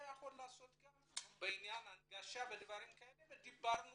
היה יכול לעשות גם בעניין הנגשה ודברים כאלה ודיברנו